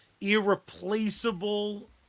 irreplaceable